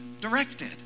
directed